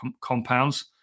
compounds